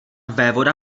vévoda